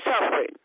suffering